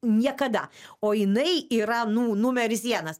niekada o jinai yra nu numeris vienas